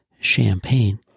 champagne